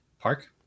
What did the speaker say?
Park